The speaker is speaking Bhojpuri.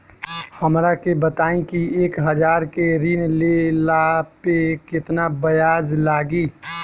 हमरा के बताई कि एक हज़ार के ऋण ले ला पे केतना ब्याज लागी?